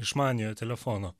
išmaniojo telefono